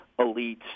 elites